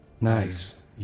Nice